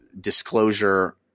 disclosure